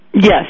Yes